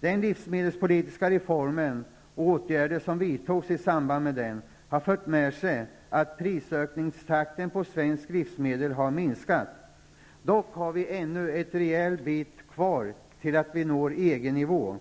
Den livsmedelspolitiska reformen och åtgärder som vidtogs i samband med den har fört med sig att prisökningstakten på svenska livsmedel har minskat. Dock har vi ännu en rejäl bit kvar tills vi når EG-nivå.